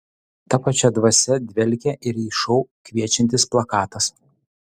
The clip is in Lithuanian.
ta pačia dvasia dvelkia ir į šou kviečiantis plakatas